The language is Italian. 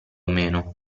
meno